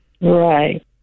right